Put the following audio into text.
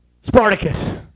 Spartacus